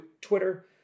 Twitter